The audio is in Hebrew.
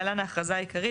(להלן - האכרזה העיקרית),